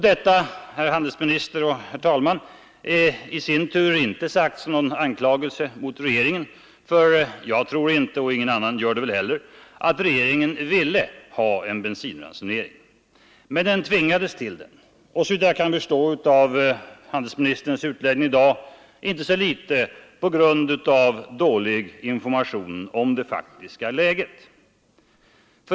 Detta, herr handelsminister och herr talman, är i sin tur inte sagt som någon anklagelse mot regeringen. Jag tror inte, och ingen annan gör det väl heller, att regeringen ville ha en bensinransonering. Men den tvingades till den — såvitt jag kan förstå av handelsministerns utläggning i dag — på grund av dåliga informationer om det faktiska läget.